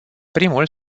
primul